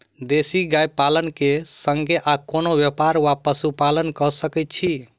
देसी गाय पालन केँ संगे आ कोनों व्यापार वा पशुपालन कऽ सकैत छी?